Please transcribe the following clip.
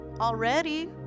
already